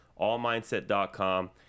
allmindset.com